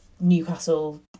Newcastle